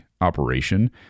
operation